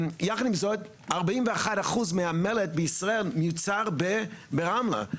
יחד עם זאת 41 אחוז מהמלט בישראל מיוצר ברמלה,